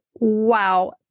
wow